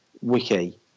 wiki